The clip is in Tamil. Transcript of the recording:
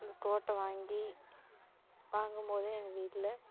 இந்த தோடை வாங்கி வாங்கும் போது எங்கள் வீட்டில்